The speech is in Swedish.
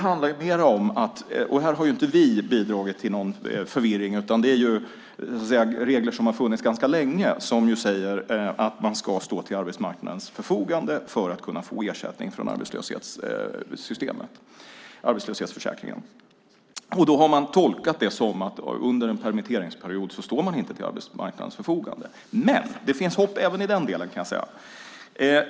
Här har inte vi bidragit till någon förvirring, utan det är ju regler som har funnits ganska länge och som säger att man ska stå till arbetsmarknadens förfogande för att kunna få ersättning från arbetslöshetsförsäkringen. Då har det tolkats som att man under en permitteringsperiod inte står till arbetsmarknadens förfogande. Men det finns hopp även i den delen, kan jag säga!